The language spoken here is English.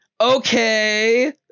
okay